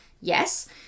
Yes